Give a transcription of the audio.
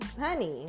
honey